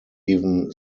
even